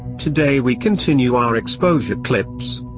today we continue our exposure clips.